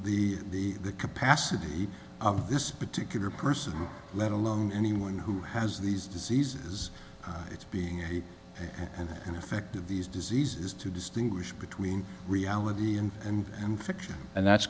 the the the capacity of this particular person let alone anyone who has these diseases it's being a in effect of these diseases to distinguish between reality and fiction and that's